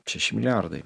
šeši milijardai